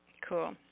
Cool